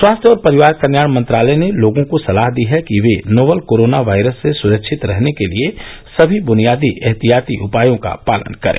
स्वास्थ्य और परिवार कल्याण मंत्रालय ने लोगों को सलाह दी है कि वे नोवल कोरोना वायरस से सुरक्षित रहने के लिए समी बुनियादी एहतियाती उपायों का पालन करें